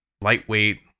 lightweight